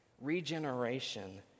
Regeneration